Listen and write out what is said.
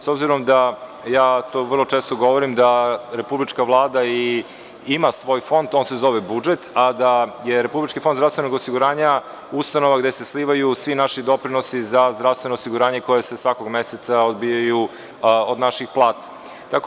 S obzirom da vrlo često govorim da republička Vlada ima svoj fond, on se zove budžet, a da je Republički fond zdravstvenog osiguranja ustanova gde se slivaju svi naši doprinosi za zdravstveno osiguranje koje se svakog meseca odbijaju od naših plata.